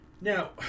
Now